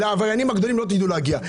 לעבריינים הגדולים לא תדעו להגיע,